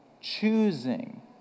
choosing